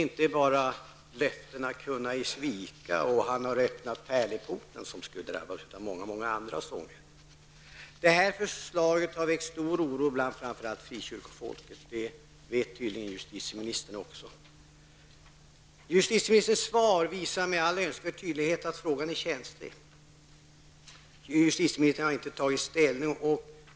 Inte bara ''Löftena kunna ej svika'' och ''Han har öppnat pärleporten'' skulle drabbas utan många andra sånger. Förslaget har väckt stor oro bland framför allt frikyrkofolk, och det vet tydligen också justitieministern. Svaret visar med all önskvärd tydlighet att frågan är känslig. Justitieministern har inte tagit ställning.